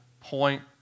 point